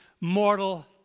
mortal